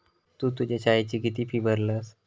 तु तुझ्या शाळेची किती फी भरलस?